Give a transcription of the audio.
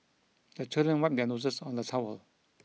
the children wipe their noses on the towel